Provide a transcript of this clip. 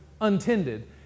untended